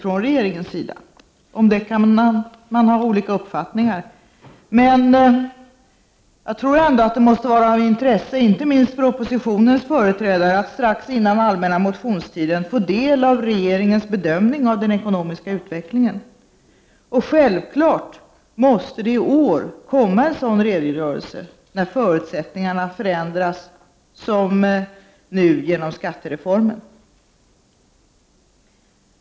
Om det kan man ha olika uppfattningar, men jag tror ändå att det måste vara av intresse, inte minst för oppositionens företrädare, att strax före den allmänna motionstiden få del av regeringens bedömning av den ekonomiska utvecklingen. Självfallet måste det komma en sådan redogörelse i år, när förutsättningarna förändras på det sätt som nu sker genom skattereformen.